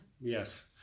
yes